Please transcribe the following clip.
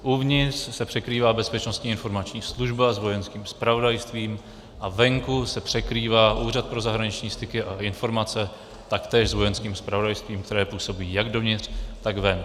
Uvnitř se překrývá Bezpečnostní informační služba s Vojenským zpravodajstvím, venku se překrývá Úřad pro zahraniční styky a informace taktéž s Vojenským zpravodajstvím, které působí jak dovnitř, tak ven.